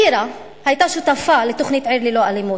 טירה היתה שותפה לתוכנית "עיר ללא אלימות".